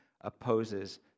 opposes